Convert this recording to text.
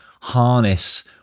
harness